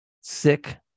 sick